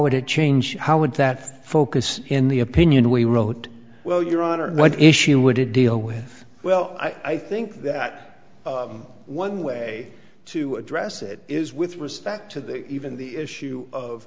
would it change how would that focus in the opinion we wrote well your honor what issue would it deal with well i think that one way to address it is with respect to the even the issue of